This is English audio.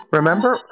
Remember